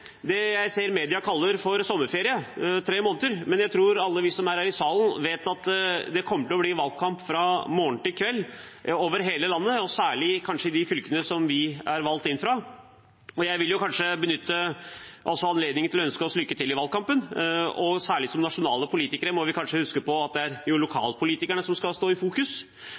det jeg ser media kaller for sommerferie i tre måneder, men jeg tror alle vi som er her i salen, vet at det kommer til å bli valgkamp fra morgen til kveld over hele landet, og kanskje særlig i de fylkene vi er valgt inn fra. Jeg vil også benytte anledningen til å ønske oss lykke til i valgkampen. Som nasjonale politikere må vi kanskje særlig huske på at det er lokalpolitikerne som skal stå i fokus.